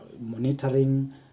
monitoring